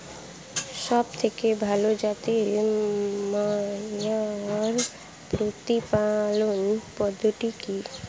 সবথেকে ভালো জাতের মোষের প্রতিপালন পদ্ধতি কি?